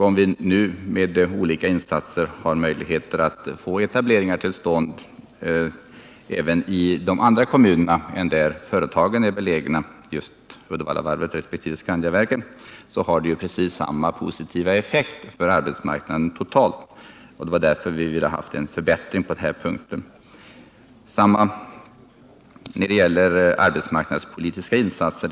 Om vi nu med olika insatser har möjligheter att få etableringar till stånd även i de andra kommunerna än de där Uddevallavarvet och Skandiaverken ligger, har detta precis samma positiva effekt för arbetsmarknaden totalt. Därför ville vi ha förbättring på den punkten. Detsamma gäller arbetsmarknadspolitiska insatser.